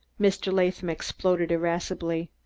mr. latham exploded irascibly.